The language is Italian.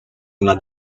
una